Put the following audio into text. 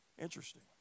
Interesting